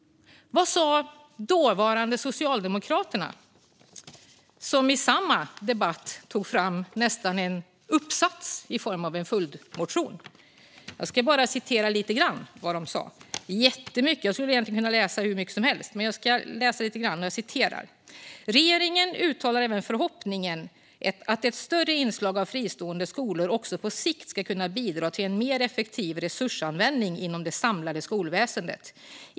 Vad sa dåvarande Socialdemokraterna, som till samma debatt tog fram nästan en uppsats i form av en följdmotion? Det är jättemycket; jag skulle kunna läsa hur mycket som helst, med jag ska läsa bara lite grann. "Regeringen uttalar även förhoppningen att 'ett större inslag av fristående skolor också på sikt ska kunna bidra till en mer effektiv resursanvändning inom det samlade skolväsendet'.